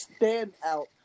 standout